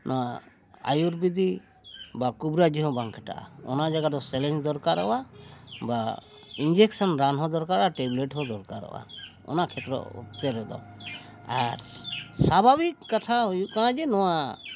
ᱱᱚᱣᱟ ᱟᱭᱩᱨᱵᱮᱫᱤᱠ ᱵᱟ ᱠᱩᱵᱽᱨᱟᱡᱤ ᱦᱚᱸ ᱵᱟᱝ ᱠᱷᱟᱴᱟᱜᱼᱟ ᱚᱱᱟ ᱡᱟᱭᱜᱟ ᱫᱚ ᱥᱮᱞᱟᱭᱤᱱ ᱫᱚᱨᱠᱟᱨᱚᱜᱼᱟ ᱵᱟ ᱤᱱᱡᱮᱠᱥᱮᱱ ᱨᱟᱱ ᱦᱚᱸ ᱫᱚᱨᱠᱟᱨᱚᱜᱼᱟ ᱴᱮᱵᱞᱮᱴ ᱦᱚᱸ ᱫᱚᱨᱠᱟᱨᱚᱜᱼᱟ ᱚᱱᱟ ᱠᱷᱮᱛᱨᱚ ᱚᱠᱛᱮ ᱨᱮᱫᱚ ᱟᱨ ᱥᱟᱵᱷᱟᱵᱤᱠ ᱠᱟᱛᱷᱟ ᱦᱩᱭᱩᱜ ᱠᱟᱱᱟ ᱡᱮ ᱱᱚᱣᱟ